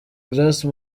grace